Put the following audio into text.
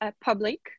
public